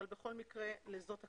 בכל מקרה, לזאת הכוונה.